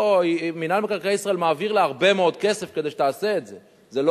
מינהל מקרקעי ישראל מעביר לה הרבה מאוד כסף כדי שתעשה את זה.